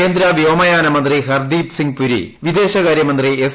കേന്ദ്ര വ്യോമയാന മന്ത്രി ഹർദ്ദീപ്സിംഗ് പുരി വിദ്ദേശകാര്യമന്ത്രി എസ്